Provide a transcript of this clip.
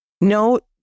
note